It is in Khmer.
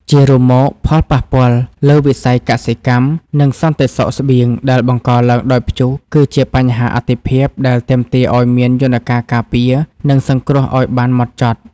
ជារួមមក ផលប៉ះពាល់លើវិស័យកសិកម្ម និងសន្តិសុខស្បៀង ដែលបង្កឡើងដោយព្យុះ គឺជាបញ្ហាអាទិភាពដែលទាមទារឱ្យមានយន្តការការពារ និងសង្គ្រោះឱ្យបានហ្មត់ចត់។